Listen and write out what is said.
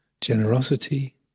generosity